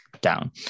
down